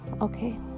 okay